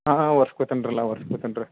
ಹಾಂ ಒರ್ಸ್ಕೊತಿನ್ರಲ್ಲಾ ಒರ್ಸ್ಕೊತೀನಿ ರೀ